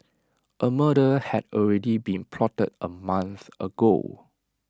A murder had already been plotted A month ago